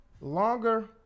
longer